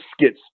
skits